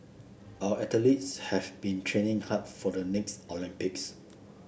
our athletes have been training hard for the next Olympics